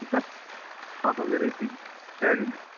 ठीकु आहे मां संडे ॾींहुं अची वेंदुमि जय झूलेलाल